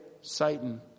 Satan